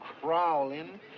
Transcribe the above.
crawling